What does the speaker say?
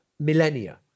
millennia